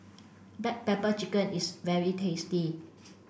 black pepper chicken is very tasty